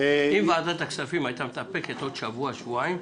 --- אם ועדת הכספים הייתה מתאפקת עוד שבוע-שבועיים,